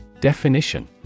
Definition